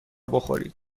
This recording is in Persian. بخورید